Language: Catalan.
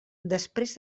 després